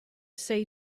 say